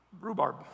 rhubarb